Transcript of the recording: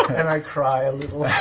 and i cry a